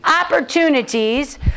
opportunities